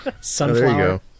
Sunflower